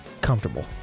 comfortable